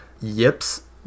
yips